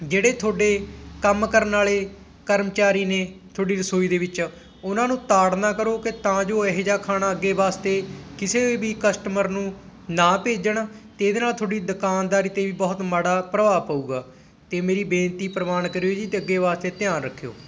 ਜਿਹੜੇ ਤੁਹਾਡੇ ਕੰਮ ਕਰਨ ਵਾਲੇ ਕਰਮਚਾਰੀ ਨੇ ਤੁਹਾਡੀ ਰਸੋਈ ਦੇ ਵਿੱਚ ਉਹਨਾਂ ਨੂੰ ਤਾੜਨਾ ਕਰੋ ਕਿ ਤਾਂ ਜੋ ਇਹੋ ਜਿਹਾ ਖਾਣਾ ਅੱਗੇ ਵਾਸਤੇ ਕਿਸੇ ਵੀ ਕਸਟਮਰ ਨੂੰ ਨਾ ਭੇਜਣ ਅਤੇ ਇਹਦੇ ਨਾਲ ਤੁਹਾਡੀ ਦੁਕਾਨਦਾਰੀ 'ਤੇ ਵੀ ਬਹੁਤ ਮਾੜਾ ਪ੍ਰਭਾਵ ਪਵੇਗਾ ਅਤੇ ਮੇਰੀ ਬੇਨਤੀ ਪ੍ਰਵਾਨ ਕਰਿਓ ਜੀ ਅਤੇ ਅੱਗੇ ਵਾਸਤੇ ਧਿਆਨ ਰੱਖਿਓ